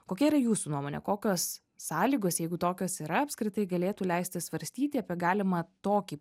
kokia yra jūsų nuomone kokios sąlygos jeigu tokios yra apskritai galėtų leisti svarstyti apie galimą tokį